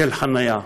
היטל חנייה.